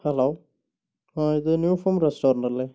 hello ആ ഇത് new form restaurant അല്ലേ